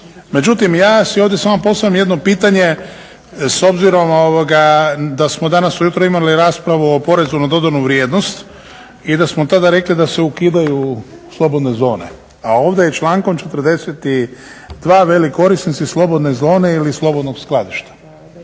Međutim, ja si ovdje samo postavljam jedno pitanje s obzirom da smo danas ujutro imali raspravu o PDV-u i da smo tada rekli da se ukidaju slobodne zone, a ovdje je člankom 42. veli korisnici slobodne zone ili slobodnog skladišta.